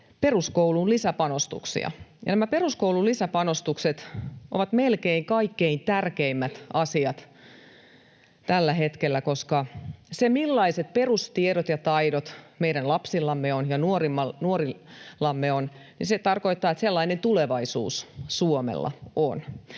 peruskouluun lisäpanostuksia, ja nämä peruskoulun lisäpanostukset ovat melkein kaikkein tärkeimmät asiat tällä hetkellä, koska se, millaiset perustiedot ja ‑taidot meidän lapsillamme on ja nuorillamme on, tarkoittaa, että sellainen tulevaisuus Suomella on.